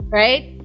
right